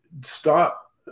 stop